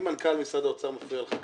אם מנכ"ל משרד האוצר מפריע לך ככה,